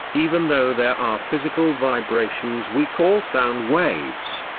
even though there are physical vibrations we call sound waves.